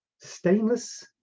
stainless